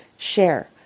share